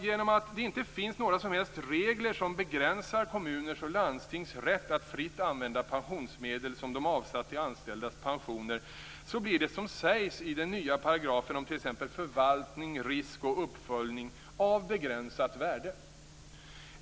Genom att det inte finns några som helst regler som begränsar kommuners och landstings rätt att fritt använda pensionsmedel som de avsatt till anställdas pensioner, blir det som sägs i den nya paragrafen om t.ex. förvaltning, risk och uppföljning av begränsat värde.